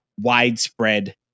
widespread